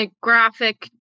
graphic